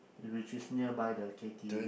which is nearby the K_t_v